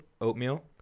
oatmeal